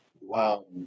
Wow